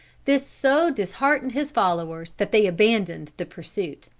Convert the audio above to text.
this so disheartened his followers, that they abandoned the pursuit.